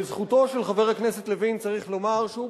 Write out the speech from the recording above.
לזכותו של חבר הכנסת לוין צריך לומר שהוא,